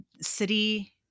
city